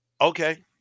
Okay